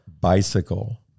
bicycle